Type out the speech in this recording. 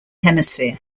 hemisphere